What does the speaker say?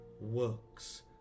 works